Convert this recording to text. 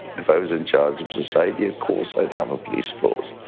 if i was in charge of society, of course i'd have a police force,